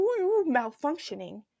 malfunctioning